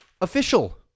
Official